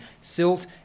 silt